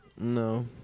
No